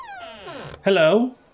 Hello